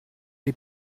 les